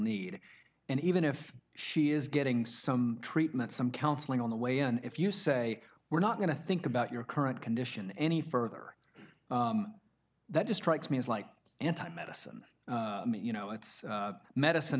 need and even if she is getting some treatment some counselling on the way and if you say we're not going to think about your current condition any further that distracts me is like anti medicine you know it's medicine